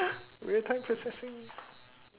real time processing